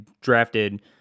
drafted